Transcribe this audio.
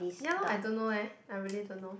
ya lah I don't know leh I really don't know